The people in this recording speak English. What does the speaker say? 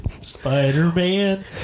Spider-Man